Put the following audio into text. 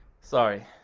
sorry